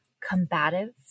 combative